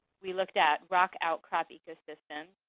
we looked at rock outcrop ecosystems,